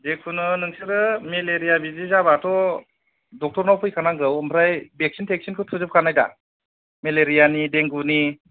जेखुनु नोंसोरो मेलेरिया बिदि जाबाथ' डक्टरनाव फैखानांगौ ओमफ्राय भेगचिन टेगचिन थुजोबखानायदा मेलेरियानि देंगुनि